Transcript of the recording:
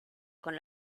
con